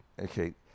Okay